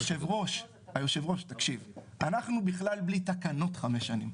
היושב ראש, אנחנו בכלל בלי תקנות חמש שנים.